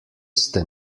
ste